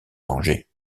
danger